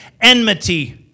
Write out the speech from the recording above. Enmity